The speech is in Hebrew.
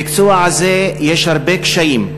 במקצוע הזה יש הרבה קשיים.